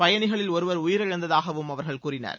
பயணிகளில் ஒருவர் உயிரிழந்ததாகவும் அவர்கள் கூறினர்